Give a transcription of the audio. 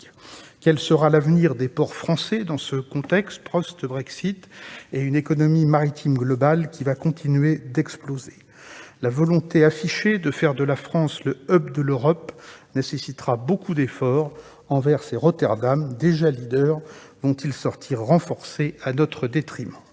Quel sera l'avenir des ports français dans ce contexte post-Brexit et dans celui d'une économie maritime globale qui continuera d'exploser ? La volonté affichée de faire de la France le « hub de l'Europe » nécessitera beaucoup d'efforts. Les ports d'Anvers et de Rotterdam, déjà leaders, sortiront-ils renforcés à notre détriment ?